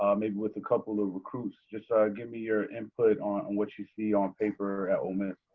um maybe with a couple of recruits? just give me your input on what you see on paper at ole miss.